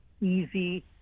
easy